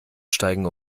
steigen